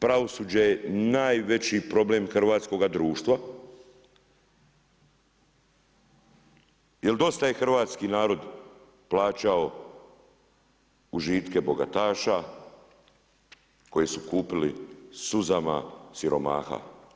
Pravosuđe je najveći problem hrvatskoga društva, jer dosta je hrvatski narod plaćao užitke bogataša koji su kupili suzama siromaha.